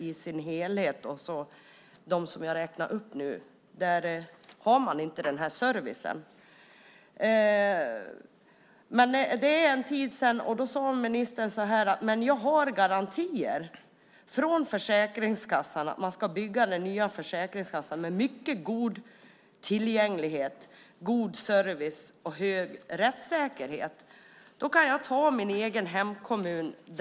I de kommuner jag räknade upp nu har man inte den här servicen. Det är en tid sedan nu. Då sade ministern att hon hade garantier från Försäkringskassan att man skulle bygga den nya Försäkringskassan med mycket god tillgänglighet, god service och hög rättssäkerhet. Då kan jag ta min egen hemkommun som exempel.